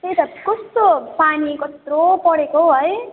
त्यही त कस्तो पानी कत्रो परेको हौ है